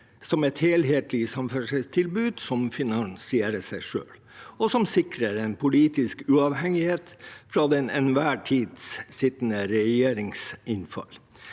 som et helhetlig samferdselstilbud som finansierer seg selv, og som sikrer politisk uavhengighet fra den til enhver tid sittende regjerings innfall.